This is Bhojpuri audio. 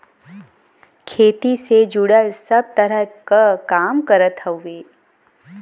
खेती से जुड़ल सब तरह क काम करत हउवे